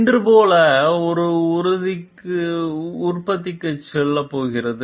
இன்று போல இது உற்பத்திக்கு செல்லப்போகிறது